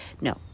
No